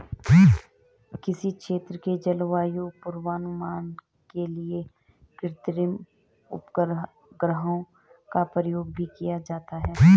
किसी क्षेत्र के जलवायु पूर्वानुमान के लिए कृत्रिम उपग्रहों का प्रयोग भी किया जाता है